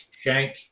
Shank